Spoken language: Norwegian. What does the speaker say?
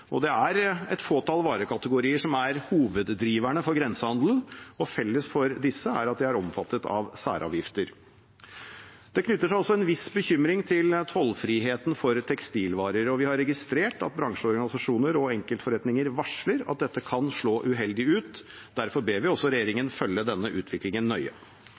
2021–2025. Det er et fåtall varekategorier som er hoveddriverne for grensehandel, og felles for disse er at de er omfattet av særavgifter. Det knytter seg også en viss bekymring til tollfrihet for tekstilvarer. Vi har registrert at bransjeorganisasjoner og enkeltforretninger varsler at dette kan slå uheldig ut. Derfor ber vi også regjeringen følge denne utviklingen nøye.